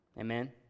Amen